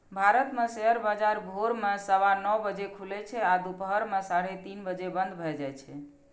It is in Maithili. भारत मे शेयर बाजार भोर मे सवा नौ बजे खुलै छै आ दुपहर मे साढ़े तीन बजे बंद भए जाए छै